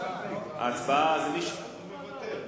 הוא מוותר.